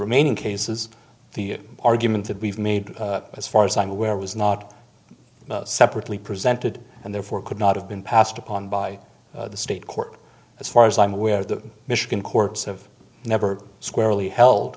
remaining cases the argument that we've made as far as i'm aware was not separately presented and therefore could not have been passed upon by the state court as far as i'm aware the michigan courts have never squarely